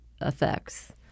effects